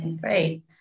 Great